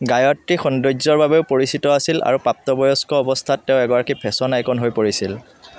গায়ত্ৰী সৌন্দৰ্য্যৰ বাবেও পৰিচিত আছিল আৰু প্ৰাপ্তবয়স্ক অৱস্থাত তেওঁ এগৰাকী ফেশ্বন আইকন হৈ পৰিছিল